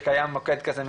שקיים מוקד כזה 105,